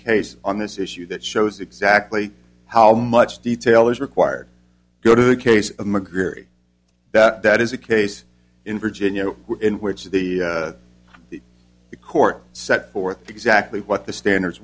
case on this issue that shows exactly how much detail is required to go to the case i'm agree that that is a case in virginia in which the court set forth exactly what the standards